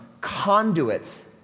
conduits